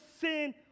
sin